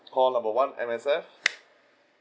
call number one M_S_F